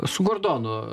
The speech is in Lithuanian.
su gordonu